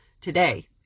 today